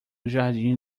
jardim